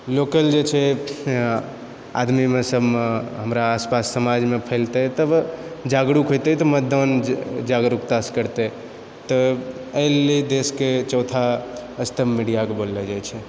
local जे छै आदमी सबमे हमरा आसपास समाजमे फैलतै तऽ जागरूक हेतै तऽ मतदान जागरूकतासँ करतै तऽ एहि लिए देशके चौथा स्तम्भ मीडियाके बोललो जाइत छै